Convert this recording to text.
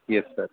yes sir